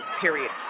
period